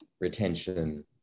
retention